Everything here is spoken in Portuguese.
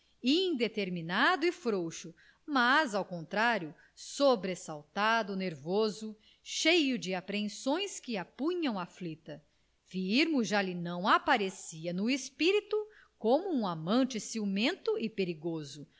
indeterminado e frouxo mas ao contrário sobressaltado nervoso cheio de apreensões que a punham aflita firmo já não lhe aparecia no espírito como um amante ciumento e perigoso